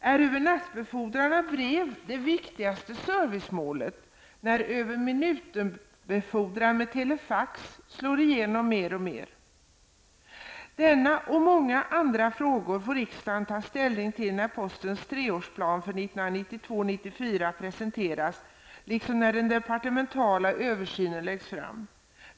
Är ''övernattbefordran'' av brev det viktigaste servicemålet, när ''överminutenbefordran'' med telefax slår igenom mer och mer? Denna och många andra frågor får riksdagen ta ställning till när postens treårsplan för 1992--1994 presenteras liksom när den departementala översynen läggs fram.